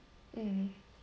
mm